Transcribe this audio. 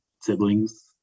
siblings